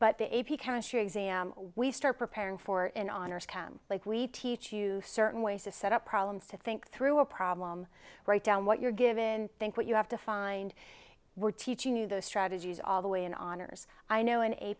but the a p chemistry exam we start preparing for in honors come like we teach you certain ways to set up problems to think through a problem write down what you're given think what you have to find we're teaching you those strategies all the way in honors i know an a